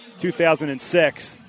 2006